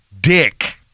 dick